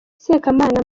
sekamana